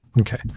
Okay